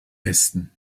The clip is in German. westen